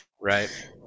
right